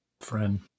Friend